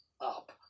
up